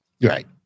Right